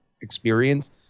experience